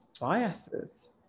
biases